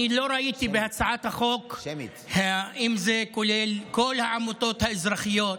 אני לא ראיתי בהצעת החוק אם זה כולל את כל העמותות האזרחיות